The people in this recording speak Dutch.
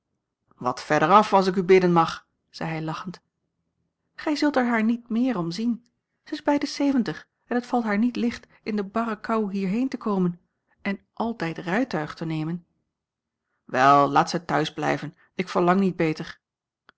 wat verder af als ik u bidden mag zei hij lachend gij zult er haar niet méér om zien zij is bij de zeventig en het valt haar niet licht in de barre kou hierheen te komen en altijd rijtuig te nemen a l g bosboom-toussaint langs een omweg wel laat zij thuis blijven ik verlang niet beter